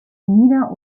nieder